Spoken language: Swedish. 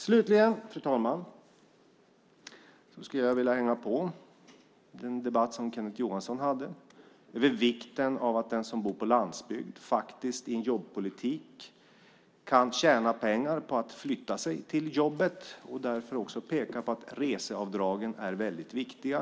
Slutligen, fru talman, skulle jag vilja hänga på den debatt som Jörgen Johansson hade om vikten av att den som bor på landsbygd med en jobbpolitik kan tjäna pengar på att flytta sig till jobbet och därför också peka på att reseavdragen är väldigt viktiga.